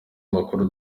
makuru